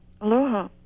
Aloha